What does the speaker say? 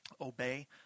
obey